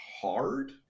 hard